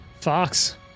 Fox